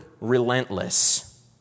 relentless